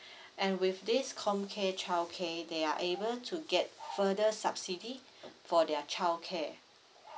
and with this comm care childcare they are able to get further subsidy for their childcare